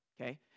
okay